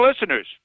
listeners